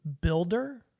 builder